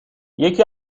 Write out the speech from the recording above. یکی